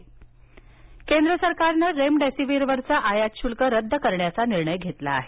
शल्क रद्द केंद्र सरकारनं रेमडिसिव्हिरवरचं आयात शुल्क रद्द करण्याचा निर्णय घेतला आहे